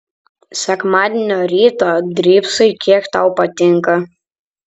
sekmadienio rytą drybsai kiek tau patinka